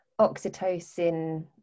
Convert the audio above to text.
oxytocin